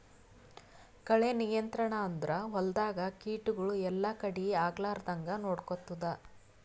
ಕಳೆ ನಿಯಂತ್ರಣ ಅಂದುರ್ ಹೊಲ್ದಾಗ ಕೀಟಗೊಳ್ ಎಲ್ಲಾ ಕಡಿ ಆಗ್ಲಾರ್ದಂಗ್ ನೊಡ್ಕೊತ್ತುದ್